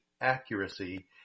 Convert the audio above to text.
accuracy